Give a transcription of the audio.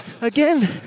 Again